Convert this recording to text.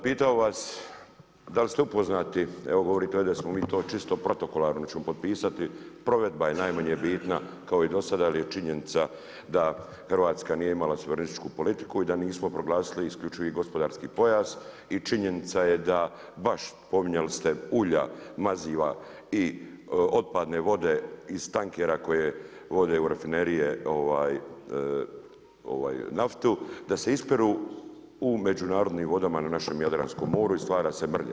Pitam vas, da li ste upoznati, evo govorite ovdje da smo mi to čisto protokolarno, da ćemo potpisati, provedba je najmanje bitna kao i do sada ali je činjenica da Hrvatska nije imala suverenističku politiku i da nismo proglasili isključivi gospodarski pojas i činjenica je da baš, spominjali ste ulja, maziva i otpadne vode iz tankera koje vode u rafinerije naftu, da se ispiru u međunarodnim vodama na našem Jadranskom moru i stvara se mrlja.